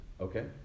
Okay